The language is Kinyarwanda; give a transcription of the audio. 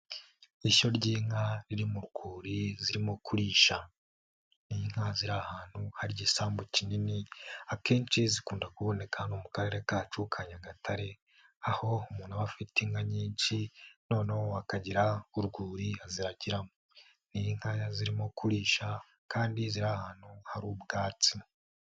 Ishyo ry'inka riri mu rwuri zirimo kurisha, ni inka ziri ahantu harya isambu kinini, akenshi zikunda kuboneka no mu Karere kacu ka Nyagatare, aho umuntu aba afite inka nyinshi noneho akagira urwuri azigiramo, ni inkaya zirimo kurisha kandi ziri ahantu hari ubwatsi.